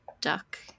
duck